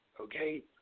okay